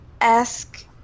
ask